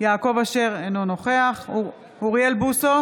יעקב אשר, אינו נוכח אוריאל בוסו,